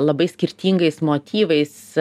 labai skirtingais motyvais